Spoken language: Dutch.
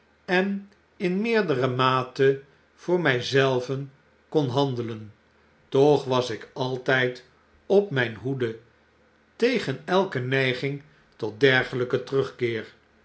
en in meerdere mate voor my zelven konhandelen toch was ik altyd op myn hoede tegen elke neiging tot dergelyken terugkeer